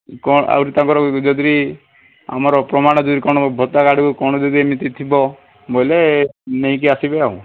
କ'ଣ ଆହୁରି ତାଙ୍କର ଯଦି ଆମର ପ୍ରମାଣ ଯଦି କ'ଣ ଭତ୍ତା କାର୍ଡ଼କୁ କ'ଣ ଯଦି ଏମିତି ଥିବ ବୋଇଲେ ନେଇକି ଆସିବେ ଆଉ